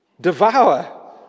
devour